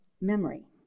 memory